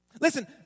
Listen